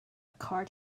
card